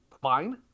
fine